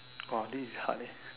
!wah! this is hard eh